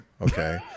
okay